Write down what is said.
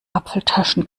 apfeltaschen